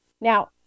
Now